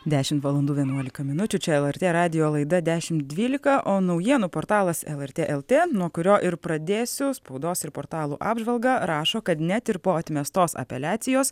dešimt valandų vienuolika minučių čia lrt radijo laida dešimt dvylika o naujienų portalas lrt lt nuo kurio ir pradėsiu spaudos ir portalų apžvalga rašo kad net ir po atmestos apeliacijos